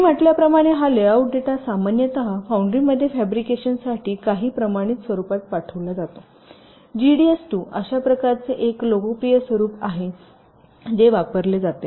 मी म्हटल्याप्रमाणे हा layout data सामान्यतः फाउंड्रीमध्ये फॅब्रिकेशनसाठी काही प्रमाणित स्वरूपात पाठविला जातो जीडीएस 2 अशा प्रकारचे एक लोकप्रिय स्वरूप आहे जे वापरले जाते